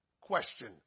Question